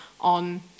on